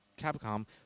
Capcom